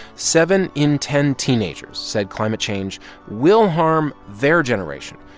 seven in ten teenagers said climate change will harm their generation.